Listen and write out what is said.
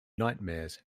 nightmares